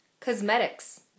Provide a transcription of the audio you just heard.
Cosmetics